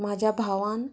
म्हाज्या भावान